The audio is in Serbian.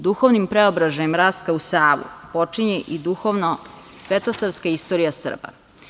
Duhovnim preobraženjem Rastka u Savu počinje i duhovno svetosavska istorija Srba.